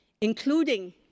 including